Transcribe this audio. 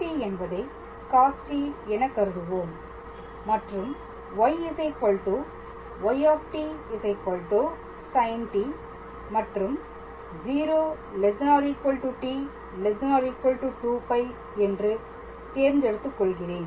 x என்பதை cost என கருதுவோம் மற்றும் y y sint மற்றும் 0 ≤ t ≤ 2π என்று தேர்ந்தெடுத்துக் கொள்கிறேன்